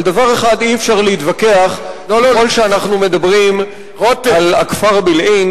על דבר אחד אי-אפשר להתווכח: ככל שאנחנו מדברים על הכפר בילעין,